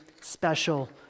special